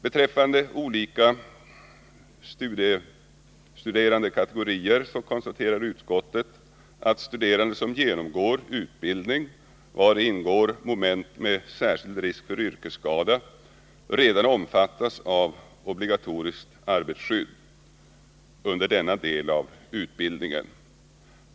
Beträffande olika studerandekategorier konstaterar utskottet att studerande som genomgår utbildning, vari ingår moment med särskild risk för yrkesskada, redan omfattas av obligatoriskt arbetsskadeskydd under denna del av utbildningen.